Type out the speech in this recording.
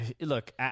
look